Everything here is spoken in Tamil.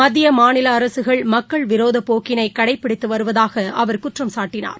மத்தியமாநிலஅரசுகள் மக்கள் விரோதப் போக்கினைகடைபிடித்துவருவதாகஅவர் குற்றம்சாட்டினார்